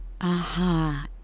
Aha